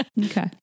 okay